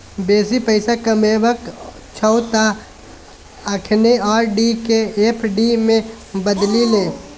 बेसी पैसा कमेबाक छौ त अखने आर.डी केँ एफ.डी मे बदलि ले